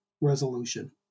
resolution